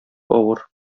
авыр